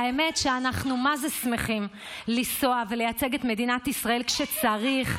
האמת שאנחנו מה זה שמחים לנסוע ולייצג את מדינת ישראל כשצריך,